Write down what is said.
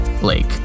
blake